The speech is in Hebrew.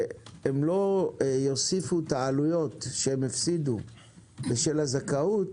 שהם לא יוסיפו את העלויות שהם הפסידו בשל הזכאות